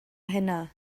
heno